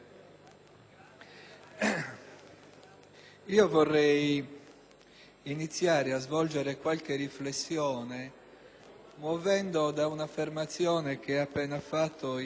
vorrei iniziare a svolgere qualche riflessione muovendo da un'affermazione appena pronunciata dal collega Torri,